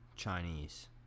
Chinese